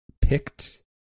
picked